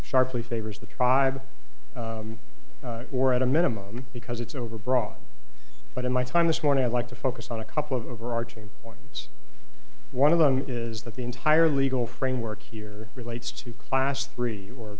sharply favors the tribe or at a minimum because it's overbroad but in my time this morning i'd like to focus on a couple of overarching points one of them is that the entire legal framework here relates to class three or